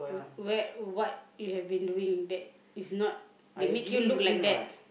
where what you have been doing that is not they make you look like that